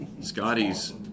Scotty's